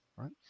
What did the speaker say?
Right